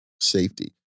safety